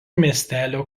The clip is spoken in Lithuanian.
miestelio